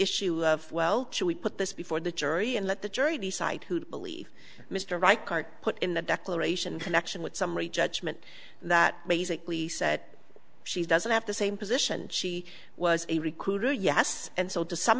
issue of well should we put this before the jury and let the jury decide who to believe mr reichardt put in the declaration in connection with summary judgment that basically said she doesn't have the same position she was a recruiter yes and so to some